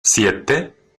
siete